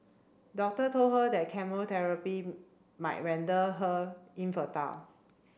doctor told her that chemotherapy might render her infertile